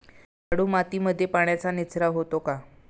शाडू मातीमध्ये पाण्याचा निचरा होतो का?